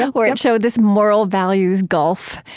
ah where it showed this moral values gulf.